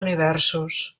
universos